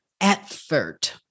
effort